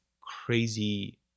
crazy